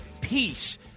peace